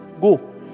Go